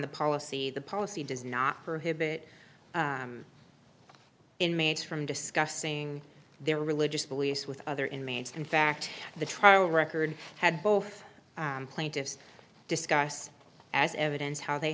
the policy the policy does not prohibit inmates from discussing their religious beliefs with other inmates in fact the trial record had both plaintiffs discuss as evidence how they